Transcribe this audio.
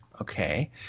Okay